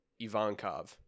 Ivankov